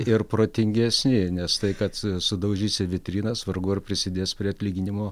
ir protingesni nes tai kad sudaužysi vitrinas vargu ar prisidės prie atlyginimo